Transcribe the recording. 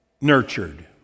nurtured